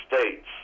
States